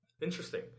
Interesting